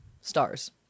stars